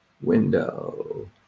window